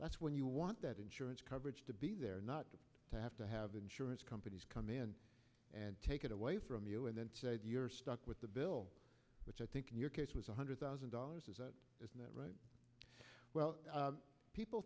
that's when you want that insurance coverage to be there not to have to have insurance companies come in and take it away from you and then you're stuck with the bill which i think in your case was one hundred thousand dollars is that it's not right well people